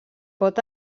pot